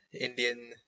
Indian